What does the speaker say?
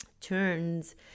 turns